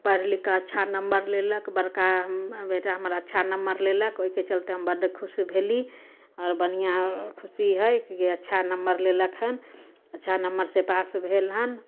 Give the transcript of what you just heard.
पढ़ि लिखिके अच्छा नम्बर लेलक बड़का बेटा हमर अच्छा नम्बर लेलक ओहिके चलिते हम बड्ड खुश भेली आओर बढ़िआँ खुशी हइ कि अच्छा नम्बर लेलक हँ अच्छा नम्बरसे पास भेल हँ